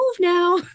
now